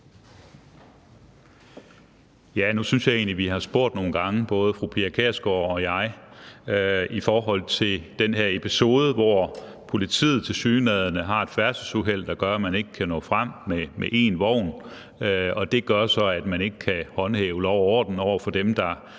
Nu synes jeg egentlig, vi har spurgt nogle gange – både fru Pia Kjærsgaard og jeg – om den her episode, hvor politiet tilsyneladende har et færdselsuheld, der gør, at de ikke kan nå frem med en vogn, hvilket så gør, at de ikke kan håndhæve lov og orden over for dem, der